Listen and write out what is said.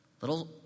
little